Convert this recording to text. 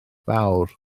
fawr